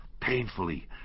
Painfully